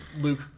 Luke